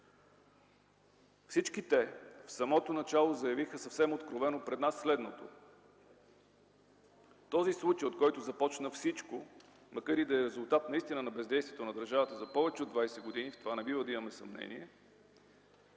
Всички те в самото начало заявиха съвсем откровено пред нас следното: този случай, от който започна всичко, макар и да е резултат наистина на бездействието на държавата за повече от двадесет години, в това не бива да имаме съмнение,